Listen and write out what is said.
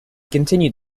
continued